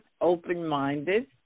open-minded